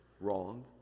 Wrong